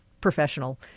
professional